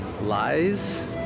Lies